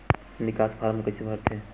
निकास फारम कइसे भरथे?